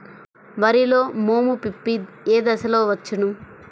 వరిలో మోము పిప్పి ఏ దశలో వచ్చును?